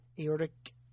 aortic